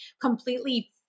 completely